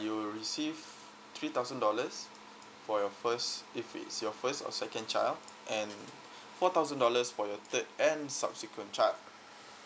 you'll receive three thousand dollars for your first if it's your first or second child and four thousand dollars for your third and subsequent child